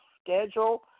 schedule